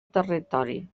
territori